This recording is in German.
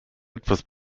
etwas